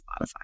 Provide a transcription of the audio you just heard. Spotify